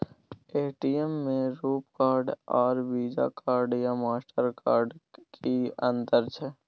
ATM में RuPay card आर Visa card या मास्टर कार्ड में कि अतंर छै?